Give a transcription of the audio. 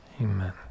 Amen